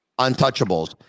untouchables